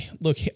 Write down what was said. look